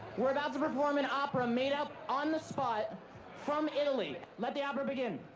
we're about to perform an opera made up on the spot from italy. let the opera begin.